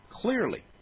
Clearly